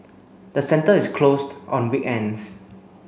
the centre is closed on weekends